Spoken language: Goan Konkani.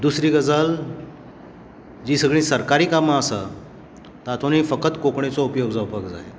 दुसरी गजाल जी सगळी सरकारी कामां आसा तातूंनय फकत कोंकणीचो उपयोग जावपाक जाय